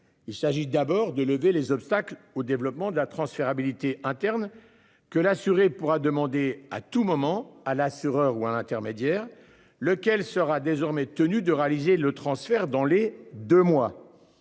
il s'agit d'abord de lever les obstacles au développement de la transférabilité interne que l'assuré pourra demander à tout moment à l'assureur ou un intermédiaire, lequel sera désormais tenu de réaliser le transfert dans les 2 mois.